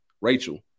Rachel